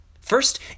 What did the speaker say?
First